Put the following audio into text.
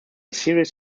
series